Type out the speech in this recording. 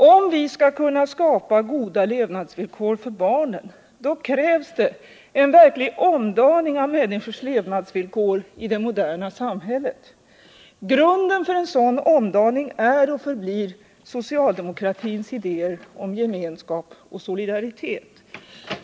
Om vi skall kunna skapa goda levnadsvillkor för barnen krävs det en verklig omdaning av människornas levnadsvillkor i det moderna samhället. Grunden för en sådan omdaning är och förblir socialdemokratins idéer om gemenskap och solidaritet.